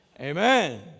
Amen